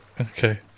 Okay